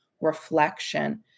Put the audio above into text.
reflection